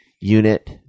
unit